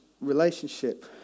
relationship